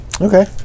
Okay